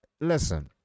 listen